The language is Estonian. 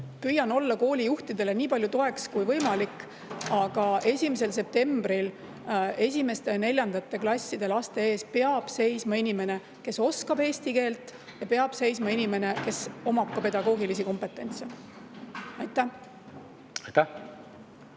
Püüan olla koolijuhtidele nii palju toeks kui võimalik. Aga 1. septembril esimeste ja neljandate klasside laste ees peab seisma inimene, kes oskab eesti keelt, ja peab seisma inimene, kes omab ka pedagoogilisi kompetentse. Head